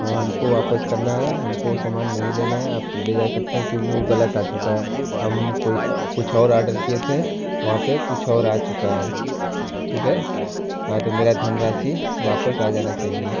हाँ हमको वापस करना है हमको वो सामान नहीं लेना है आप ले जा सकते है क्योंकि वो गलत आ चुका है हम कोई कुछ और ऑर्डर किये थे वहाँ पे कुछ और आ चुका है ठीक है हाँ तो मेरा धनराशि वापस आ जाना चाहिए